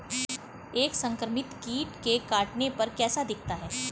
एक संक्रमित कीट के काटने पर कैसा दिखता है?